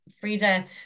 Frida